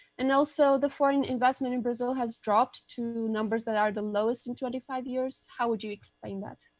and also, the foreign investment in brazil has dropped to numbers that are the lowest in twenty five years. how would you explain that?